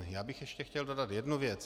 Já bych ještě chtěl dodat jednu věc.